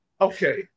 okay